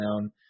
down